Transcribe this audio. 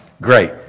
great